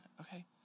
okay